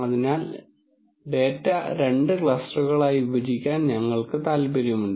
അതിനാൽ ഈ ഡാറ്റ രണ്ട് ക്ലസ്റ്ററുകളായി വിഭജിക്കാൻ ഞങ്ങൾക്ക് താൽപ്പര്യമുണ്ട്